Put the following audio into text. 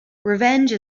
revenge